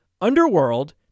UNDERWORLD